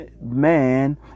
man